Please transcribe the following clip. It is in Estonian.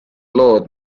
lood